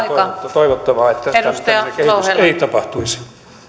toivottavaa että tämmöistä kehitystä ei tapahtuisi